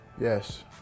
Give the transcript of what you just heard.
Yes